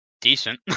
decent